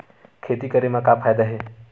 खेती करे म का फ़ायदा हे?